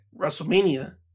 WrestleMania